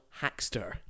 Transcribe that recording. Hackster